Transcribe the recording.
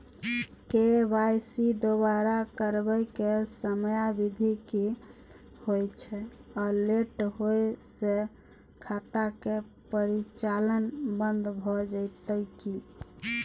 KYC दोबारा करबै के समयावधि की होय छै आ लेट होय स खाता के परिचालन बन्द भ जेतै की?